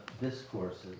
discourses